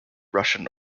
russian